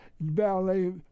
ballet